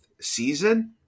season